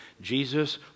Jesus